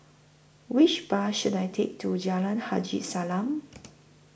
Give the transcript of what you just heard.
Which Bus should I Take to Jalan Haji Salam